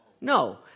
No